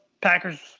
Packers